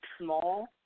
small